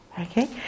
Okay